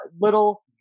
little